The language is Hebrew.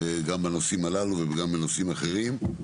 גם בנושאים הללו וגם בנושאים אחרים.